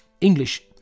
English